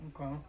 Okay